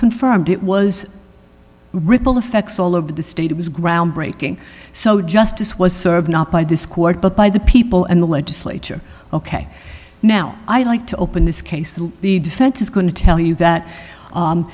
reconfirmed it was ripple effects all over the state it was groundbreaking so justice was served not by this court but by the people and the legislature ok now i'd like to open this case the defense is going to tell you that